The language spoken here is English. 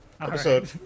episode